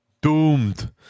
Doomed